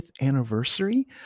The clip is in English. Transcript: anniversary